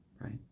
Right